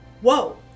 whoa